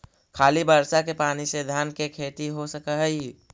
खाली बर्षा के पानी से धान के खेती हो सक हइ?